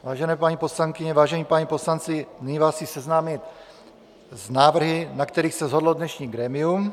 Vážené paní poslankyně, vážení páni poslanci, nyní vás chci seznámit s návrhy, na kterých se shodlo dnešní grémium.